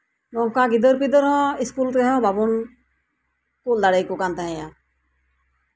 ᱱᱚᱝᱠᱟ ᱜᱤᱫᱟᱹᱨ ᱯᱤᱫᱟᱹᱨ ᱤᱥᱠᱩᱞ ᱛᱮᱦᱚᱸ ᱵᱟᱵᱚᱱ ᱠᱩᱞ ᱫᱟᱲᱮ ᱟᱠᱚ ᱛᱟᱸᱦᱮᱜᱼᱟ